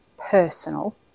personal